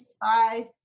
bye